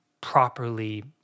properly